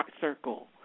circle